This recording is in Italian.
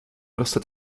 grossa